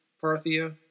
Parthia